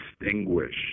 extinguished